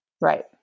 Right